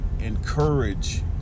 encourage